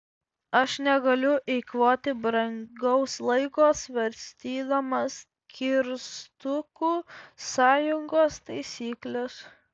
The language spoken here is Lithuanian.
aš negaliu eikvoti brangaus laiko svarstydamas kirstukų sąjungos taisykles